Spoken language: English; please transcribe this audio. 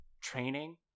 training